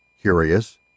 Curious